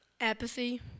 Apathy